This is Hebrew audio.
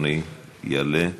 אדוני יעלה.